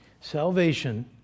salvation